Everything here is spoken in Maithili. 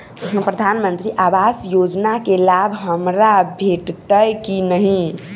प्रधानमंत्री आवास योजना केँ लाभ हमरा भेटतय की नहि?